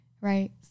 right